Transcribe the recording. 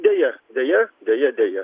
deja deja deja deja